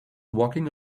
walking